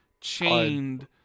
chained